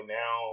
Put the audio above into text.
now